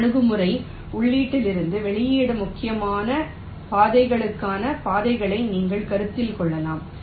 மற்ற அணுகுமுறை உள்ளீட்டிலிருந்து வெளியீட்டு முக்கியமான பாதைகளுக்கான பாதைகளை நீங்கள் கருத்தில் கொள்ளலாம்